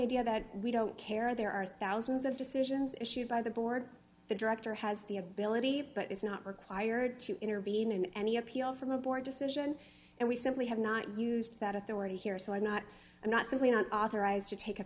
idea that we don't care there are thousands of decisions issued by the board the director has the ability but is not required to intervene in any appeal from a board decision and we simply have not used that authority here so why not and not simply not authorized to take a